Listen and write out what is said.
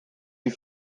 you